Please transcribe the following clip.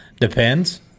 Depends